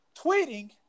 tweeting